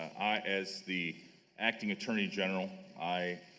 i, as the acting attorney general i